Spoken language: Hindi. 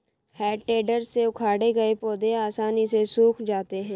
हेइ टेडर से उखाड़े गए पौधे आसानी से सूख जाते हैं